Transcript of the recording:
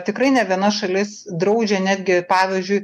tikrai ne viena šalis draudžia netgi pavyzdžiui